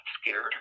scared